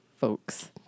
folks